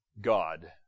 God